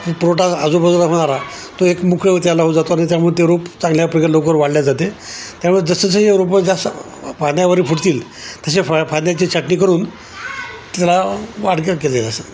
पुरवठा आजूबाजूला होणारा तो एक मुख्य त्या लाऊ जातो आणि त्यामुळे ते रोप चांगल्याप्रकारे लवकर वाढल्या जाते त्यामुळे जसजसे रोपं जास्त फांद्या वगैरे फुटतील तसे फा फांद्याची छाटणी करून त्याला वाडगं केले जाते